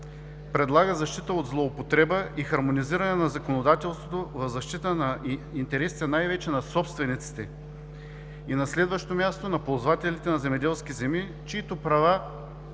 предлага защита от злоупотреба и хармонизиране на законодателството в защита на интересите най-вече на собствениците, и на следващо място, на ползвателите на земеделски земи, чиито права